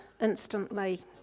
instantly